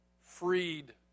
freed